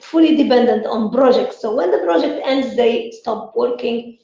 fully dependent on projects. so when the project ends they stop working.